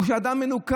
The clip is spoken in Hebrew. או שהוא אדם מנוכר?